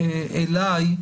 אלי.